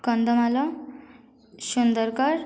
Kandhamal Sundargarh